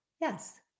Yes